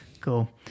Cool